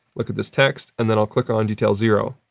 look at this text, and then i'll click on detail zero.